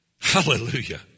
Hallelujah